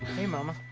hey, mama.